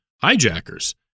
hijackers